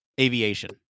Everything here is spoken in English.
aviation